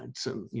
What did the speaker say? and some, you